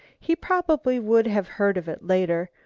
he probably would have heard of it later,